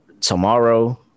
tomorrow –